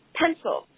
pencil